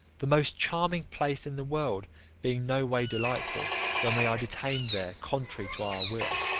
the most charming place in the world being no way delightful when we are detained there contrary to our will.